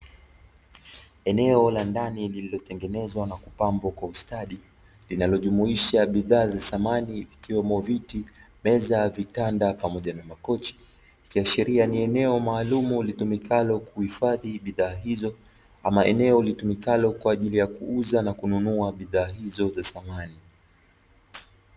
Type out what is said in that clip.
Eneo la ndani lililotengenezwa na kupambwa kwa ustadi, linalojumuisha bidhaa za samani ikiwemo: viti, meza, vitanda pamoja na makochi. Ikiashiria ni eneo maalumu litumikalo kuhifadhi bidhaa hizo, ama eneo litumikalo kwa ajili kuuza na kununua bidhaa hizo za samani.